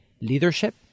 leadership